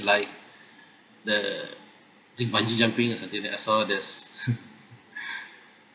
like the the bungee jumping or something like I saw there's